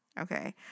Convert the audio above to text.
Okay